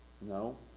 No